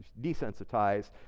desensitized